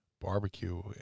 barbecue